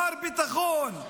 מר ביטחון.